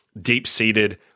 deep-seated